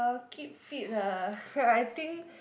oh keep fit lah I think